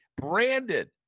branded